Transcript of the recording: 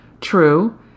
True